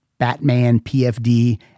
batmanpfd